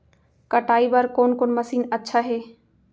कटाई बर कोन कोन मशीन अच्छा हे?